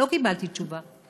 לא קיבלתי תשובה.